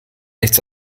nichts